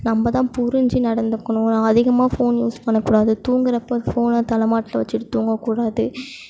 நம்மதான் புரிஞ்சு நடந்துக்கணும் நான் அதிகமாக ஃபோன் யூஸ் பண்ணக்கூடாது தூங்கறப்போ ஃபோனை தலமாட்டில் வச்சுட்டு தூங்கக்கூடாது